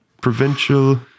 provincial